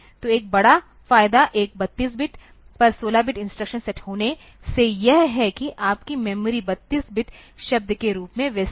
तो एक बड़ा फायदा एक 32 बिट पर 16 बिट इंस्ट्रक्शन सेट होने से यह है कि आपकी मेमोरी 32 बिट शब्द के रूप में व्यवस्थित होती है